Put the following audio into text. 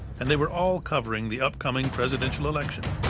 and they were all covering the upcoming presidential election.